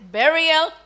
burial